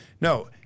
No